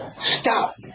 Stop